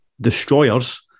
destroyers